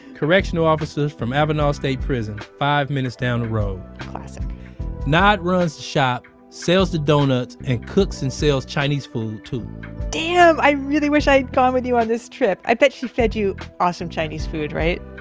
correctional officers from avenal's state prison. five minutes down the road classic nath runs shop, sells the doughnuts, and cooks and sells chinese food too damn. i really wish i'd gone with you on this trip. i bet she fed you awesome chinese food, right?